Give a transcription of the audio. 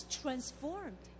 transformed